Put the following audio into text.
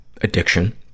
addiction